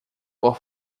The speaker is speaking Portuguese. por